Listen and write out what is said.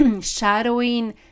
shadowing